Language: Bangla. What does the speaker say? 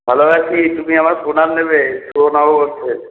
ভালো আছি তুমি আমার প্রণাম নেবে শুভ নববর্ষের